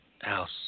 house